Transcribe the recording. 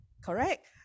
Correct